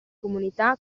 comunità